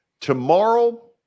tomorrow